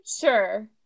sure